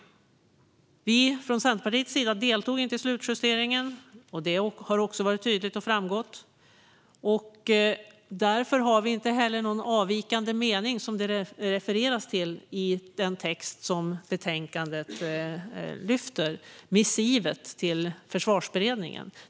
Vi från Centerpartiets sida deltog inte i slutjusteringen. Det har också varit tydligt och framgått. Därför har vi inte heller någon avvikande mening i den text som lyfts fram i betänkandet, missivet till Försvarsberedningen.